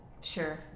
Sure